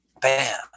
bam